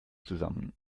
zusammen